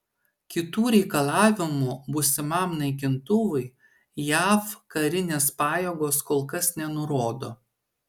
kitų reikalavimų būsimam naikintuvui jav karinės pajėgos kol kas nenurodo